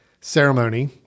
ceremony